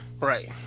Right